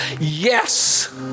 yes